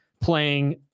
playing